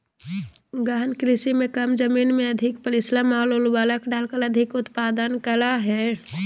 गहन कृषि में कम जमीन में अधिक परिश्रम और उर्वरक डालकर अधिक उत्पादन करा हइ